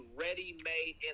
ready-made